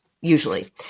usually